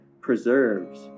preserves